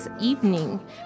evening